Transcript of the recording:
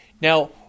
Now